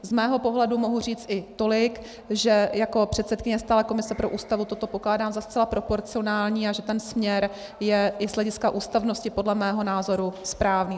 Z mého pohledu mohu říct i tolik, že jako předsedkyně stálé komise pro Ústavu toto pokládám za zcela proporcionální a že ten směr je i z hlediska ústavnosti podle mého názoru správný.